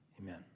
Amen